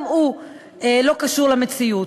גם הוא לא קשור למציאות.